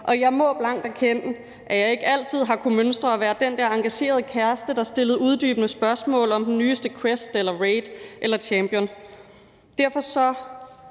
og jeg må blankt erkende, at jeg ikke altid har kunnet være den der engagerede kæreste, der stillede uddybende spørgsmål om den nyeste quest eller champion eller det